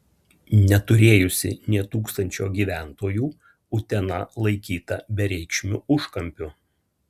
neturėjusi nė tūkstančio gyventojų utena laikyta bereikšmiu užkampiu